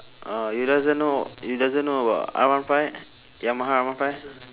uh you doesn't know you doesn't know about R one five yamaha R one five